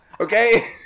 okay